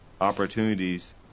opportunities